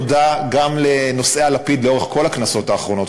תודה גם לנושאי הלפיד לאורך כל הכנסות האחרונות,